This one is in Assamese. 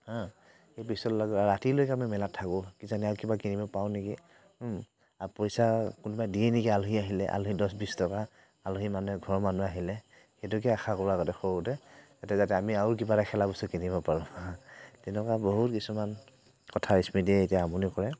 হা এই পিছত ল ৰাতিলৈকে আমি মেলাত থাকোঁ কিজানি আৰু কিবা কিনিব পাওঁ নেকি আৰু পইচা কোনোবাই দিয়ে নেকি আলহী আহিলে আলহীয়ে দছ বিছ টকা আলহী মানুহে ঘৰৰ মানুহ আহিলে সেইটোকে আশা কৰো আগতে সৰুতে তাতে যাতে আমি আৰু কিবা এটা খেলা বস্তু কিনিব পাৰোঁ হা তেনেকুৱা বহুত কিছুমান কথা স্মৃতিয়ে এতিয়া আমনি কৰে